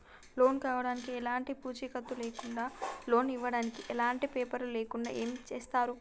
Loan కావడానికి ఎలాంటి పూచీకత్తు లేకుండా లోన్ ఇవ్వడానికి ఎలాంటి పేపర్లు లేకుండా ఏం చేస్తారు?